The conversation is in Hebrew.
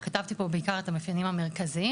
כתבתי פה בעיקר את המאפיינים המרכזיים.